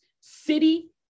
city